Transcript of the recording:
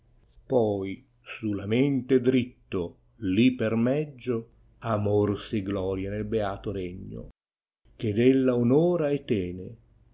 poi stilla mente dritto li per meggia amor si gloria nel beato regno ched ella onora e tene